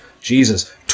Jesus